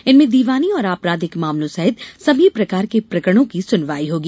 इनमें दीवानी और आपराधिक मामलों सहित सभी प्रकार के प्रकरणों की सुनवाई होगी